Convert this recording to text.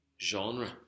genre